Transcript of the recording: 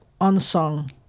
unsung